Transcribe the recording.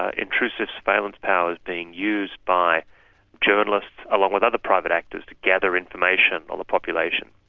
ah intrusive surveillance powers being used by journalists, along with other private actors to gather information on the population.